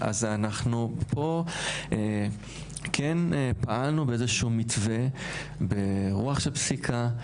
אנחנו פה כן פעלנו באיזשהו מתווה ברוח של פסיקה,